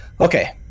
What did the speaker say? Okay